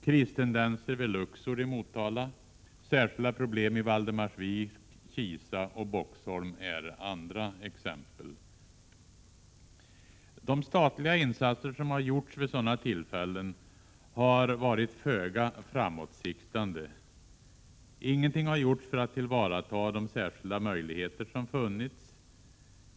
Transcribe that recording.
Kristendenser vid Luxor i Motala, särskilda problem i Valdemarsvik, Kisa och Boxholm är andra exempel. De statliga insatser som har gjorts vid sådana tillfällen har varit föga framåtsiktande. Ingenting har gjorts för att tillvarata de särskilda möjligheter som funnits.